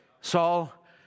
Saul